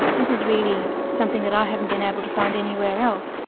this is really something that i haven't been able to find anywhere else.